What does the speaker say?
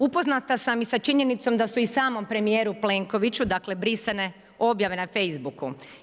Upoznata sam i sa činjenicom, da su samom premjerom Plenkoviću brisane objave na Facebooku.